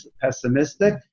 pessimistic